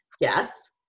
Yes